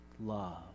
love